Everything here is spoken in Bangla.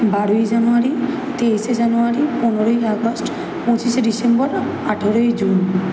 বারোই জানুয়ারি তেইশে জানুয়ারি পনেরোই আগস্ট পঁঁচিশে ডিসেম্বর আঠেরোই জুন